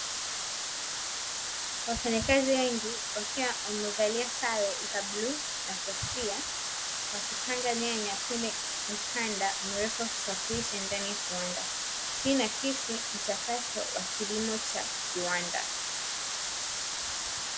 Wafanyakazi wengi wakiwa wamevalia sare za bluu na kofia, wakipanga nyanya kwenye mkanda mrefu wa kusafirisha ndani ya kiwanda. Hii inaakisi mchakato wa kilimo cha kiwanda.